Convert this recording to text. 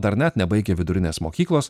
dar net nebaigę vidurinės mokyklos